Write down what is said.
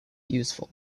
useful